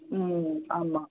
ம் ஆமாம்